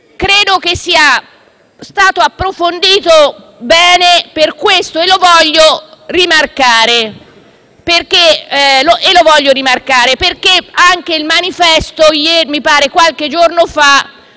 Credo che esso sia ben approfondito e per questo lo voglio rimarcare. Anche «il manifesto», qualche giorno fa,